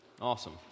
Awesome